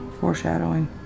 foreshadowing